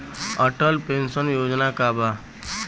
Atal pension Yojana का बा?